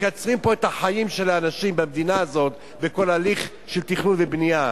מקצרים פה את החיים של האנשים במדינה הזאת בכל הליך של תכנון ובנייה,